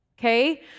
Okay